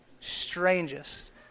strangest